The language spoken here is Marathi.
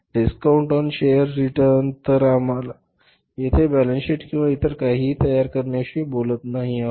डीस्काउंट ऑन शेअर्स रिटर्न तर आम्ही येथे बॅलन्स शीट किंवा इतर काहीही तयार करण्याविषयी बोलत नाही आहोत